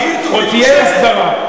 עוד תהיה הסדרה.